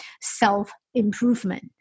self-improvement